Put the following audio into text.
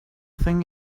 thing